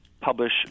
publish